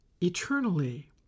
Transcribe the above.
eternally